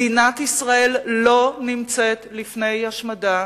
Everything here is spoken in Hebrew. מדינת ישראל לא נמצאת לפני השמדה